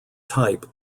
type